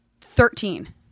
Thirteen